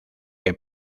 que